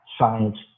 science